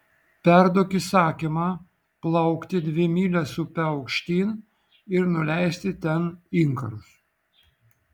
perduok įsakymą plaukti dvi mylias upe aukštyn ir nuleisti ten inkarus